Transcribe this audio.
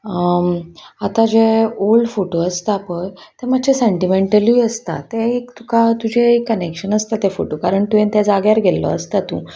आतां जे old photo आसता पळय ते मातशें सेंनटीमेंटलूय आसता तें एक तुका तुजें एक कनेक्शन आसता ते फोटो कारण तुवें त्या जाग्यार गेल्लो आसता तूं